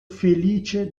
felice